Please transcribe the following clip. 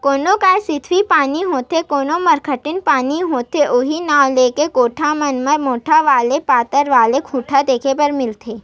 कोनो गाय सिधवी बानी होथे कोनो मरखंडी बानी होथे उहीं नांव लेके कोठा मन म मोठ्ठ वाले अउ पातर वाले खूटा देखे बर मिलथे